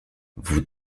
vous